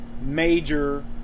major